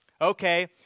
Okay